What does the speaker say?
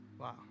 Wow